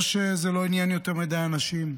או שזה לא עניין יותר מדי אנשים.